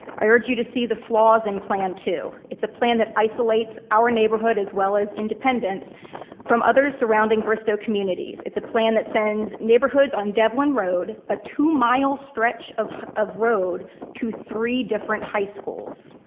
i urge you to see the flaws and plan two. it's a plan that isolates our neighborhood as well as independence from others surrounding bristow communities. it's a plan that sends neighborhoods on devlin road, a two mile stretch of of road to three different high schools.